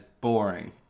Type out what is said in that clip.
boring